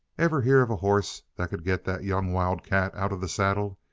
ever hear of a horse that could get that young wildcat out of the saddle?